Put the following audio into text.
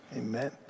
amen